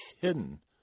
hidden